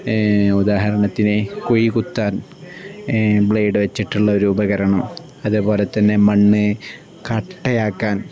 ഉദാഹരണത്തിന് കുഴി കുത്താൻ ബ്ലേഡ് വച്ചിട്ടുള്ള ഒരു ഉപകരണം അതേപോലെ തന്നെ മണ്ണ് കട്ടയാക്കാൻ